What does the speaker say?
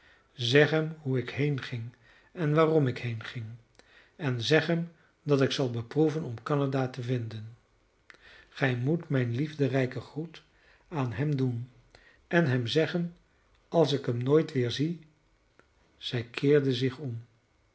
hem hoe ik heenging en waarom ik heenging en zeg hem dat ik zal beproeven om canada te vinden gij moet mijn liefderijken groet aan hem doen en hem zeggen als ik hem nooit wederzie zij keerde zich om